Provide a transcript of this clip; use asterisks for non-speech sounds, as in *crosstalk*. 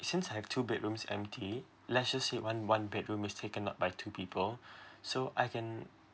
since I have two bedrooms empty let's just say one one bedroom is taken up by two people *breath* so I can